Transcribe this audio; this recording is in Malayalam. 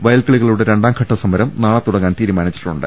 വയൽക്കിളികളുടെ രണ്ടാം ഘട്ട സമരം നാളെ തുടങ്ങാൻ തീരുമാനിച്ചിട്ടുണ്ട്